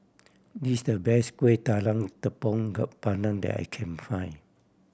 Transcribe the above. this the best Kueh Talam Tepong pandan that I can find